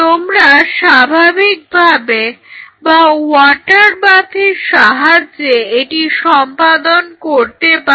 তোমরা স্বাভাবিকভাবে বা ওয়াটার বাথের সাহায্যে এটি সম্পাদন করতে পারো